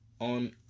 on